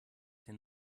den